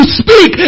speak